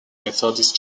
methodist